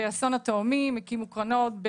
באסון התאומים הקימו קרנות,